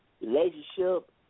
relationship